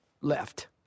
left